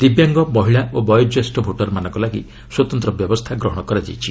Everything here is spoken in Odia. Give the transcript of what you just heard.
ଦିବ୍ୟାଙ୍ଗ ମହିଳା ଓ ବୟୋଜ୍ୟେଷ୍ଠ ଭୋଟରମାନଙ୍କ ଲାଗି ସ୍ୱତନ୍ତ ବ୍ୟବସ୍ଥା ଗ୍ରହଣ କରାଯାଇଛି